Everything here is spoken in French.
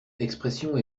expressions